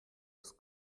das